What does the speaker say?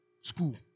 School